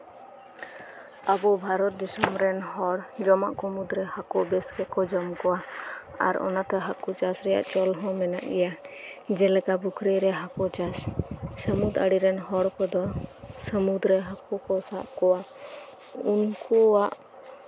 ᱟᱵᱚ ᱵᱷᱟᱨᱚᱛ ᱫᱤᱥᱚᱢ ᱨᱮᱱ ᱦᱚᱲ ᱡᱚᱢᱟᱜ ᱠᱚ ᱢᱩᱫᱽᱨᱮ ᱦᱟᱹᱠᱳ ᱥᱮ ᱜᱮᱠᱚ ᱡᱚᱢ ᱠᱚᱣᱟ ᱟᱨ ᱚᱱᱟᱛᱮ ᱦᱟᱹᱠᱳ ᱪᱟᱥ ᱨᱮᱭᱟᱜ ᱪᱚᱞ ᱦᱚᱸ ᱢᱮᱱᱟᱜ ᱜᱮᱭᱟ ᱡᱮᱞᱮᱠᱟ ᱯᱩᱠᱷᱨᱤ ᱨᱮ ᱦᱟᱹᱠᱳ ᱪᱟᱥ ᱥᱟᱢᱩᱫᱽ ᱟᱬᱮ ᱨᱮᱱ ᱦᱚᱲ ᱠᱚᱫᱚ ᱥᱟᱹᱢᱩᱫᱽ ᱨᱮ ᱦᱟᱹᱠᱳ ᱠᱚ ᱥᱟᱵ ᱠᱚᱣᱟ ᱩᱱᱠᱩᱣᱟᱜ